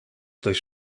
durch